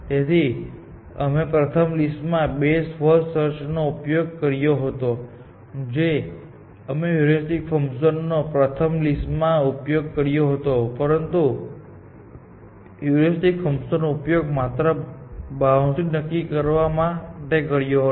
તેથી જ અમે પ્રથમ લિસ્ટ માં બેસ્ટ ફર્સ્ટ સર્ચ નો ઉપયોગ કર્યો હતો તેથી જ અમે હ્યુરિસ્ટિક ફંક્શન નો પ્રથમ લિસ્ટ માં ઉપયોગ કર્યો હતો પરંતુ તેણે હ્યુરિસ્ટિક ફંકશનનો ઉપયોગ માત્ર બાઉન્ડ્રી નક્કી કરવા માટે કર્યો હતો